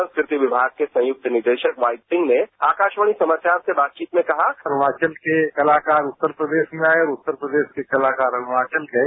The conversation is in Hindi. संस्कृति विभाग के संयुक्त निदेशक वाईपीसिंह ने आकाशवाणी समाचार से बातचीत में कहा अरुणाचल के कलाकार उत्तर प्रदेश में आए और उत्तर प्रदेश के अरुणाचल प्रदेश गए